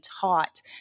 taught